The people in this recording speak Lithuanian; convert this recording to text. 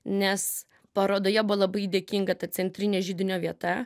nes parodoje buvo labai dėkinga ta centrinė židinio vieta